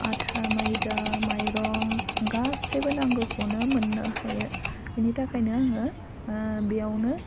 आथा मैदा माइरं गासैबो नांगौखौनो मोननो हायो बेनि थाखायनो आङो बेयावनो